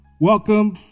welcome